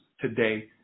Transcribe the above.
today